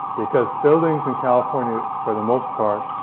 because buildings in california, for the most part,